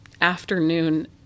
afternoon